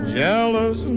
jealous